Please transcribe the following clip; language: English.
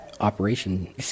operation